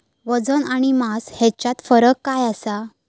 वजन आणि मास हेच्यात फरक काय आसा?